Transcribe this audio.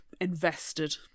Invested